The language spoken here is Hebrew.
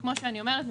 כמו שאני אומרת,